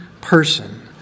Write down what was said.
person